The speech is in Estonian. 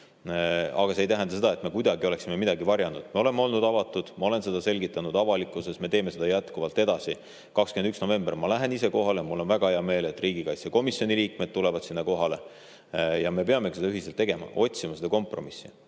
Aga see ei tähenda seda, et me kuidagi oleksime midagi varjanud. Me oleme olnud avatud, ma olen seda selgitanud avalikkuses, me teeme seda jätkuvalt edasi. 21. novembril ma lähen ise kohale ja mul on väga hea meel, et riigikaitsekomisjoni liikmed tulevad sinna kohale. Ja me peamegi seda ühiselt tegema, otsima kompromissi.